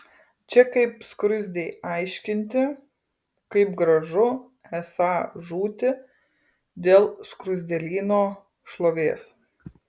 čia kaip skruzdei aiškinti kaip gražu esą žūti dėl skruzdėlyno šlovės